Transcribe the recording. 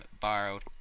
borrowed